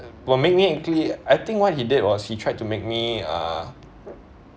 will make me actually I think what he did was he tried to make me uh